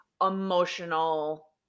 emotional